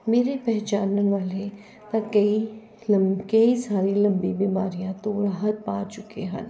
ਮੇਰੇ ਪਹਿਚਾਨਣ ਵਾਲੇ ਤਾਂ ਕਈ ਲੰ ਕਈ ਸਾਲ ਲੰਬੀ ਬਿਮਾਰੀਆਂ ਤੋਂ ਰਾਹਤ ਪਾ ਚੁੱਕੇ ਹਨ